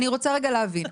אני רוצה רגע להבין.